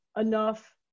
enough